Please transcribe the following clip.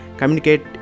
communicate